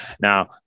now